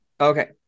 Okay